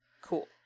Cool